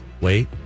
wait